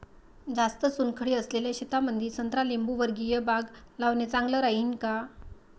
जास्त चुनखडी असलेल्या शेतामंदी संत्रा लिंबूवर्गीय बाग लावणे चांगलं राहिन का?